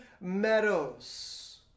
meadows